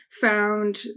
found